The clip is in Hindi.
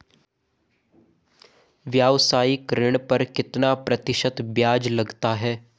व्यावसायिक ऋण पर कितना प्रतिशत ब्याज लगता है?